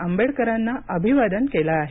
आंबेडकरांना अभिवादन केलं आहे